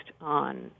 on